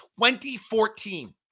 2014